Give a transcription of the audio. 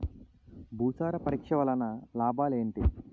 భూసార పరీక్ష వలన లాభాలు ఏంటి?